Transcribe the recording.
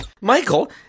Michael